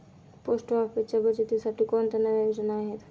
Post ऑफिसच्या बचतीसाठी कोणत्या नव्या योजना आहेत?